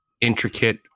intricate